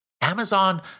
Amazon